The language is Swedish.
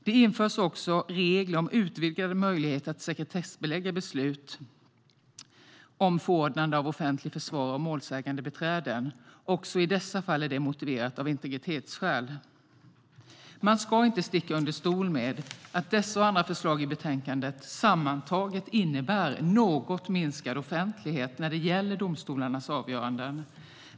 Det införs också regler om utvidgade möjligheter att sekretessbelägga beslut om förordnande av offentliga försvarare och målsägandebiträden. Också i dessa fall är det motiverat av integritetsskäl. Man ska inte sticka under stol med att dessa och andra förslag i betänkandet sammantaget innebär något minskad offentlighet när det gäller domstolarnas avgöranden.